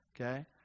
Okay